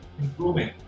improving